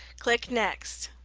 click next.